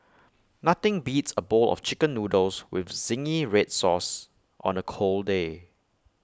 nothing beats A bowl of Chicken Noodles with Zingy Red Sauce on A cold day